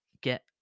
Get